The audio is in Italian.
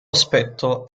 aspetto